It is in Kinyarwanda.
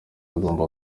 agomba